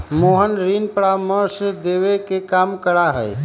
मोहन ऋण परामर्श देवे के काम करा हई